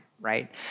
right